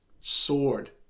sword